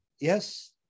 Yes